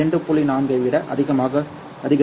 4 ஐ விட அதிகமாக அதிகரிக்கும்